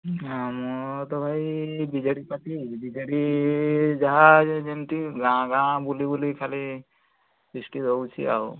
ଆଁ ମୋର ତ ଭାଇ B J D party B J D ଯାହା ଯେମତି ଗାଁ ଗାଁ ବୁଲି ବୁଲି ଖାଲି ଫିଷ୍ଟ୍ ଦେଉଛି ଆଉ